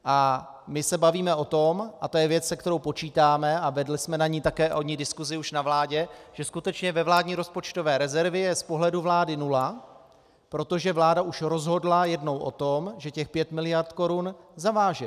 A my se bavíme o tom, a to je věc, s kterou počítáme, a vedli jsme také o ní diskusi už na vládě, že skutečně ve vládní rozpočtové rezervě je z pohledu vlády nula, protože vláda už rozhodla jednou o tom, že těch pět miliard korun zaváže.